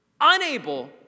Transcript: unable